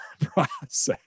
process